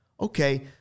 Okay